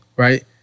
Right